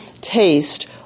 taste